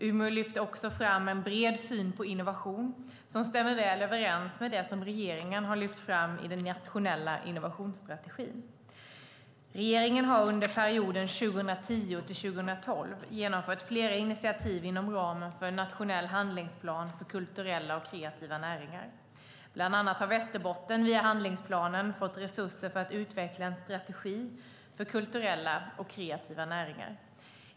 Umeå lyfter också fram en bred syn på innovation som stämmer väl överens med det som regeringen har lyft fram i den nationella innovationsstrategin. Regeringen har under perioden 2010-2012 genomfört flera initiativ inom ramen för en nationell handlingsplan för kulturella och kreativa näringar. Bland annat har Västerbotten via handlingsplanen fått resurser för att utveckla en strategi för kulturella och kreativa näringar.